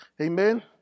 Amen